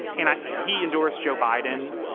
and he endorsed joe biden